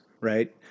right